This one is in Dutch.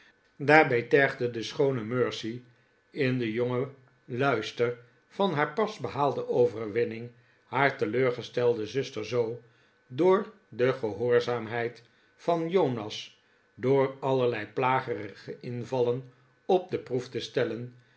daarbij tergde de schoone mercy in den jongen luister van haar pas behaalde overwinning haar teleurgestelde zuster zoo door de gehoorzaamheid van jonas door allerlei plagerige invallen op de proef te stellen